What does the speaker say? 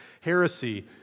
heresy